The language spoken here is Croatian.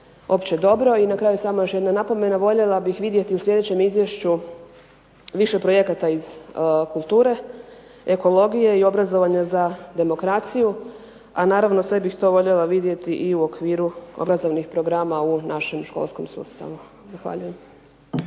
opće dobro. I na kraju još samo jedan napomena. Voljela bih vidjeti u sljedećem izvješću više projekata iz kulture, ekologije i obrazovanja za demokraciju, a naravno sve bih to voljela vidjeti i u okviru obrazovnih programa u našem školskom sustavu. Zahvaljujem.